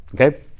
Okay